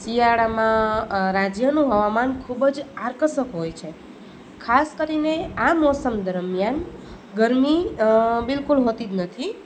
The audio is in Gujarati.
શિયાળામાં રાજ્યનું હવામાન ખૂબ જ આકર્ષક હોય છે ખાસ કરીને આ મોસમ દરમ્યાન ગરમી બિલકુલ હોતી જ નથી